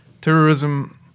Terrorism